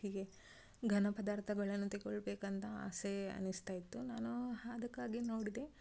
ಹೀಗೆ ಘನ ಪದಾರ್ಥಗಳನ್ನು ತಕೊಳ್ಬೇಕಂತ ಆಸೆ ಅನಿಸ್ತಾ ಇತ್ತು ನಾನು ಅದಕ್ಕಾಗಿ ನೋಡಿದೆ